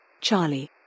Charlie